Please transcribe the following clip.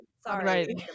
sorry